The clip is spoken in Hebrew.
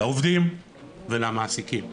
לעובדים ולמעסיקים.